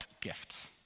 gifts